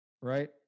Right